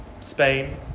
Spain